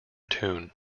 tune